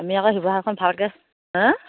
আমি আকৌ শিৱসাগৰখন এখন ভালকৈ হা